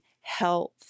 health